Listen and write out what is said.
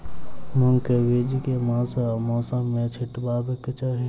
मूंग केँ बीज केँ मास आ मौसम मे छिटबाक चाहि?